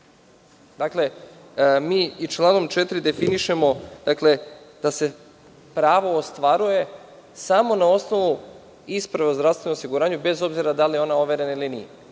rešena. Dakle, mi i članom 4. definišemo da se pravo ostvaruje samo na osnovu isprava o zdravstvenom osiguranju, bez obzira da li je ona overena ili nije.